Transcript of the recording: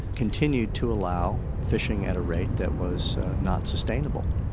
continued to allow fishing at a rate that was not sustainable.